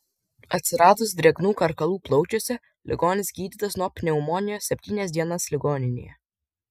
atsiradus drėgnų karkalų plaučiuose ligonis gydytas nuo pneumonijos septynias dienas ligoninėje